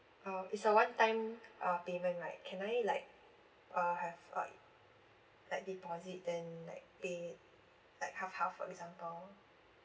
uh it's a one time uh payment right can I like uh have uh like deposit then like pay it like half half for example